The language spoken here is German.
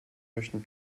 möchten